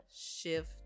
shift